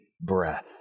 breath